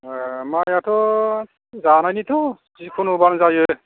ए माइआथ' जानायनिथ' जिकुनुबानो जायो